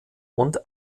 und